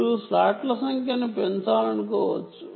మీరు స్లాట్ల సంఖ్యను పెంచాలనుకోవచ్చు